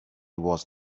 was